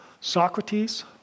Socrates